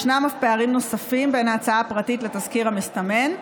יש אף פערים נוספים בין ההצעה הפרטית לתזכיר המסתמן.